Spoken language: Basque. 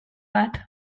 bat